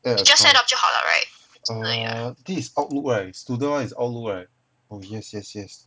add acount err this is outlook right student [one] is outlook right oh yes yes yes